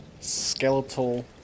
skeletal